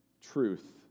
truth